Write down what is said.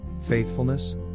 faithfulness